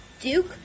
Duke